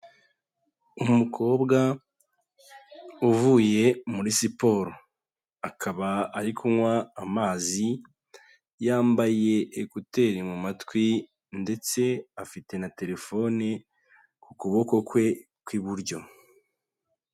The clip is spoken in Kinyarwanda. Umukobwa uvuye muri siporo, akaba ari kunywa amazi, yambaye ekuteri mu matwi ndetse afite na terefoni ku kuboko kwe kw'iburyo.